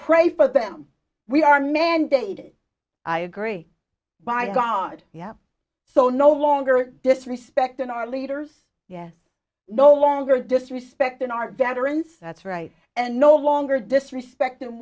pray for them we are now mandated i agree by god yeah so no longer disrespect in our leaders yes no longer disrespect in our veterans that's right and no longer disrespectin